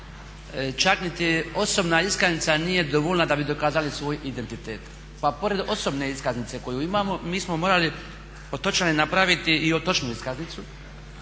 čak niti osobna iskaznica nije dovoljna da bi dokazali svoj identitet, pa pored osobne iskaznice koju imamo mi smo morali otočani napraviti i otočnu iskaznicu